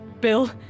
Bill